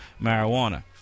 marijuana